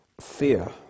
fear